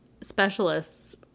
specialists